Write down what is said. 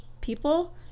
people